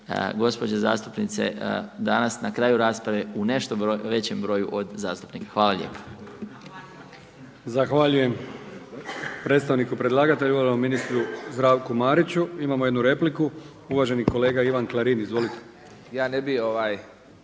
gospođe zastupnice danas na kraju rasprave u nešto većem broju od zastupnika. Hvala lijepa. **Brkić, Milijan (HDZ)** Zahvaljujem predstavniku predlagatelju ministru Zdravku Mariću. Imamo jednu repliku. Uvaženi kolega Ivan Klarin. Izvolite.